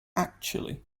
actually